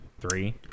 three